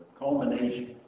culmination